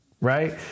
right